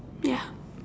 ya